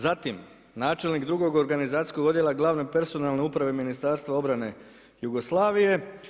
Zatim načelnik drugog organizacijskog odjela glavne personale uprave Ministarstva obrane Jugoslavije.